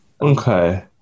Okay